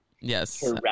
Yes